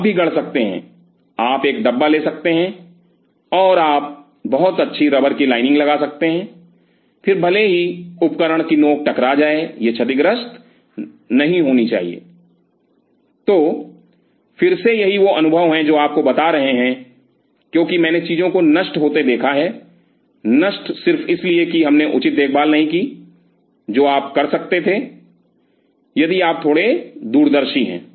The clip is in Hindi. आप भी गढ़ सकते हैं आप एक डब्बा ले सकते हैं और आप बहुत अच्छी रबर की लाइनिंग लगा सकते हैं फिर भले ही उपकरण की नोक टकरा जाए यह क्षतिग्रस्त नहीं होनी चाहिए तो फिर से यही वो अनुभव हैं जो आपको बता रहे हैं क्योंकि मैंने चीजों को नष्ट होते देखा है नष्ट सिर्फ इसलिए कि हमने उचित देखभाल नहीं की जो आप कर सकते थे यदि आप थोड़े दूरदर्शी हैं